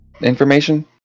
Information